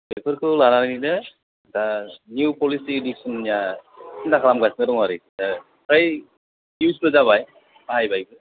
बेफोरखौ लानानैनो दा निउ पलिसि इडुकेसना सिन्था खालामगासिनो दं आरोखि दा फ्राय इयुसबो जाबाय बाहायबायबो